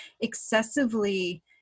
excessively